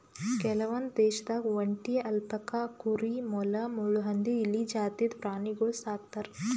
ಕೆಲವೊಂದ್ ದೇಶದಾಗ್ ಒಂಟಿ, ಅಲ್ಪಕಾ ಕುರಿ, ಮೊಲ, ಮುಳ್ಳುಹಂದಿ, ಇಲಿ ಜಾತಿದ್ ಪ್ರಾಣಿಗೊಳ್ ಸಾಕ್ತರ್